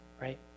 right